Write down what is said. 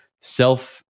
self